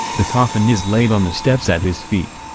the coffin is laid on the steps at his feet.